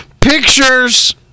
pictures